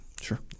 Sure